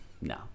No